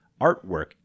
artwork